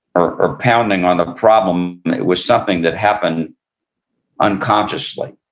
or pounding on the problem. it was something that happened unconsciously